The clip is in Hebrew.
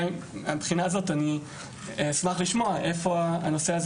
מהבחינה הזאת אני אשמח לשמוע איפה הנושא הזה